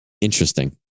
Interesting